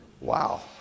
wow